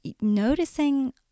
noticing